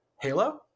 halo